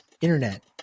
internet